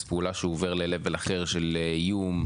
פעולה שהוא עובר ל-level אחר של איום?